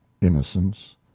innocence